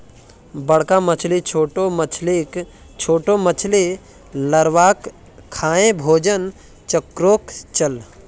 बड़का मछली छोटो मछलीक, छोटो मछली लार्वाक खाएं भोजन चक्रोक चलः